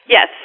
Yes